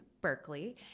Berkeley